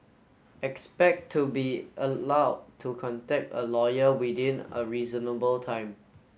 expect to be allowed to contact a lawyer within a reasonable time